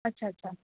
अच्छा अच्छा